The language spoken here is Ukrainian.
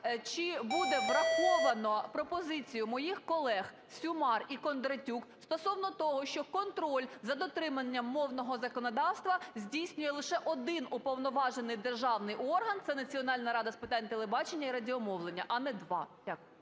Чи буде враховано пропозицію моїх колегСюмар і Кондратюк стосовно того, що контроль за дотриманням мовного законодавства здійснює лише один уповноважений державний орган – це Національна рада з питань телебачення і радіомовлення, а не два?